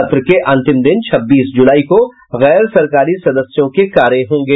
सत्र के अंतिम दिन छब्बीस जुलाई को गैरसरकारी सदस्यों के कार्य होंगे